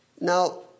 Now